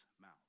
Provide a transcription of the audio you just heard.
mouth